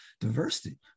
diversity